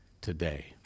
today